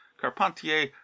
Carpentier